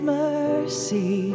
mercy